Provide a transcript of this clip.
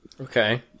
Okay